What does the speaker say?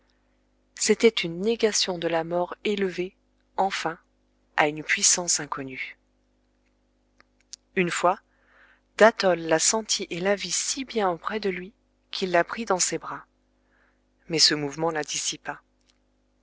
c'était une négation de la mort élevée enfin à une puissance inconnue une fois d'athol la sentit et la vit si bien auprès de lui qu'il la prit dans ses bras mais ce mouvement la